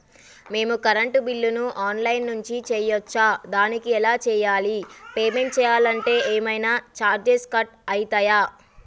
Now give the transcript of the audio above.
మేము కరెంటు బిల్లును online నుంచి చేయచ్చా? దానికి ఎలా చేయాలి? పేమెంట్ చేయాలంటే ఏమైనా చార్జెస్ కట్ అయితయా?